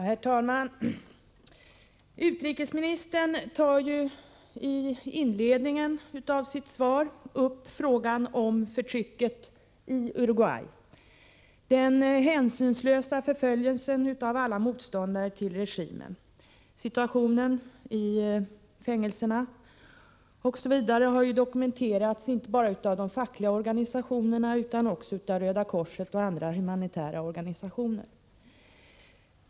Herr talman! Utrikesministern tar i inledningen av sitt svar upp frågan om förtrycket i Uruguay, den hänsynslösa förföljelsen av alla motståndare till regimen. Situationen i fängelserna har dokumenterats inte bara av de fackliga organisationerna utan också av Röda korset och andra humanitära organisationer.